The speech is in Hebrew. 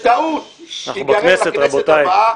-- בטעות ייגרר לכנסת הבאה,